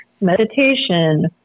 meditation